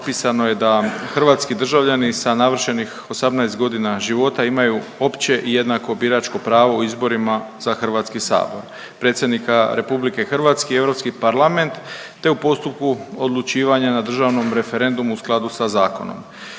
propisano je da hrvatski državljani sa navršenih 18 godina života imaju opće i jednako biračko pravo u izborima za HS, predsjednika RH i Europski parlament te u postupku odlučivanja na državnom referendumu u skladu sa zakonom.